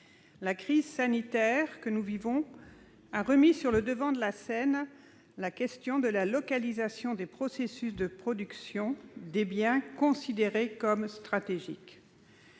La crise sanitaire que nous vivons a remis sur le devant de la scène la question de la localisation des processus de production des biens considérés comme stratégiques.